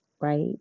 right